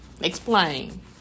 Explain